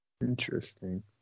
interesting